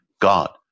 God